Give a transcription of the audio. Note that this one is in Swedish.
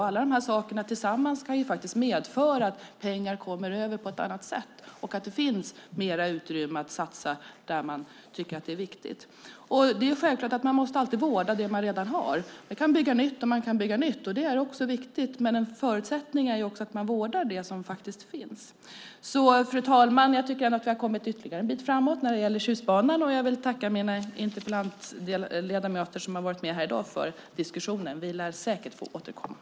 Alla sakerna tillsammans kan medföra att pengar blir över och att det då finns mer utrymme att satsa på där man tycker att det är viktigt. Självklart måste man alltid vårda det man redan har. Man kan bygga nytt och man kan bygga nytt - det är också viktigt - men en förutsättning är att man vårdar det som faktiskt finns. Fru talman! Jag tycker ändå att vi har kommit ytterligare en bit framåt när det gäller Tjustbanan, och jag vill tacka de ledamöter som har deltagit i dagens diskussion om denna interpellation.